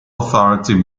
authority